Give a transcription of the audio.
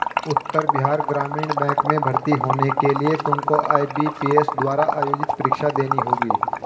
उत्तर Bihar Gramin bank में भर्ती होने के लिए तुमको आई.बी.पी.एस द्वारा आयोजित परीक्षा देनी होगी